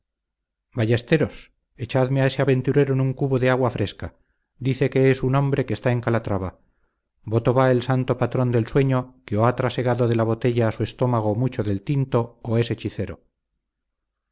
ballesteros echadme a ese aventurero en un cubo de agua fresca dice que es un hombre que está en calatrava voto va el santo patrón del sueño que o ha trasegado de la botella a su estómago mucho del tinto o es hechicero